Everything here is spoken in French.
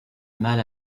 mal